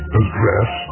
address